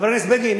חבר הכנסת בגין,